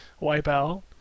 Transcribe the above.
Wipeout